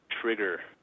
trigger